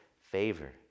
favor